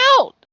out